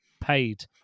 paid